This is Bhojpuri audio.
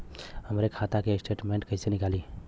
हमरे खाता के स्टेटमेंट कइसे निकली?